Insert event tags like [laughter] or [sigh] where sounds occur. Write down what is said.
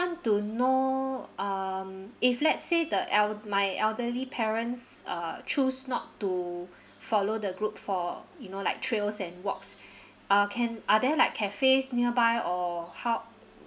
to know um if let's say the el~ my elderly parents uh choose not to [breath] follow the group for you know like trails and walks [breath] uh can are there like cafes nearby or how